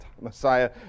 Messiah